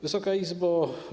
Wysoka Izbo!